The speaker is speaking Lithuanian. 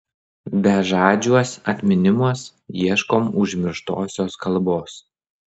bežadžiuos atminimuos ieškom užmirštosios kalbos